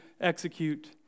execute